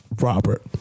Robert